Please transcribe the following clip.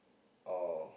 or